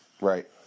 Right